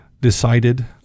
decided